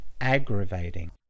aggravating